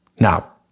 Now